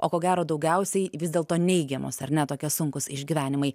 o ko gero daugiausiai vis dėlto neigiamos ar ne tokie sunkūs išgyvenimai